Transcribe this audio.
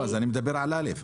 אני מדבר על (א).